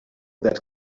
that